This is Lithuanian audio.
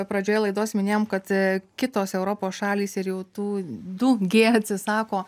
pradžioje laidos minėjom kad kitos europos šalys ir jau tų du gie atsisako